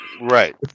Right